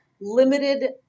limited